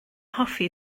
hoffi